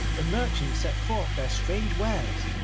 the merchants set forth their strange wares,